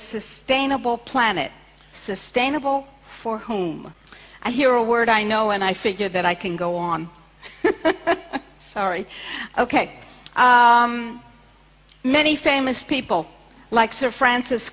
sustainable planet sustainable for whom i hear a word i know and i figure that i can go on sorry ok many famous people like sir francis